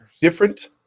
different